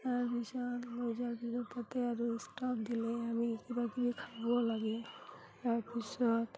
তাৰ পিছত গৈ যোৱাৰ পিছত তাতে আৰু ষ্টভ দিলে আমি কিবাকিবি খাব লাগে তাৰ পিছত